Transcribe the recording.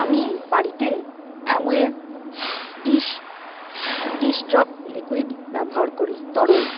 আমি বাড়িতে অ্যামোয়ের ডিশ ডিশ ড্রপ লিকুইড ব্যবহার করি তরল